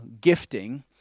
gifting